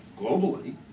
globally